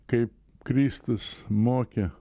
kaip kristus mokė